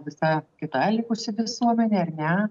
visa kita likusi visuomenė ar ne